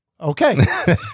Okay